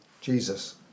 Jesus